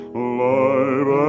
alive